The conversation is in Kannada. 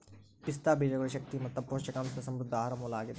ಪಿಸ್ತಾ ಬೀಜಗಳು ಶಕ್ತಿ ಮತ್ತು ಪೋಷಕಾಂಶದ ಸಮೃದ್ಧ ಆಹಾರ ಮೂಲ ಆಗಿದೆ